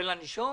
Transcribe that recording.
זה לנישום?